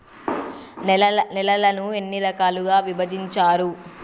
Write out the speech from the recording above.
నేలలను ఎన్ని రకాలుగా విభజించారు?